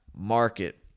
market